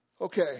Okay